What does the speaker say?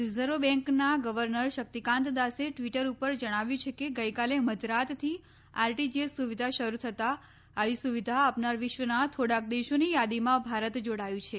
reserve બેંકના governor શક્તિકાન્તદાસે Twitter ઉપર જણાવ્યું છે કે ગઈકાલે મધરાતથી આરટીજીએસ સુવિધા શરૂ થતાં આવી સુવિધા આપનાર વિશ્વના થોડાક દેશોની યાદીમાં ભારત જોડાયું છે